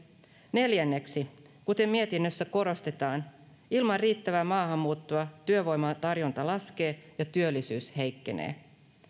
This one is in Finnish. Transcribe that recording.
neljänneksi kuten mietinnössä korostetaan ilman riittävää maahanmuuttoa työvoiman tarjonta laskee ja työllisyys heikkenee